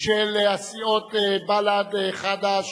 של סיעות בל"ד, חד"ש,